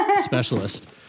specialist